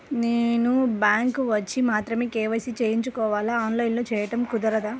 నేను బ్యాంక్ వచ్చి మాత్రమే కే.వై.సి చేయించుకోవాలా? ఆన్లైన్లో చేయటం కుదరదా?